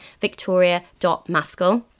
victoria.maskell